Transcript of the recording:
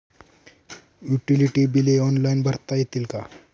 Utility बिले online भरता येतील का?